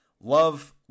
love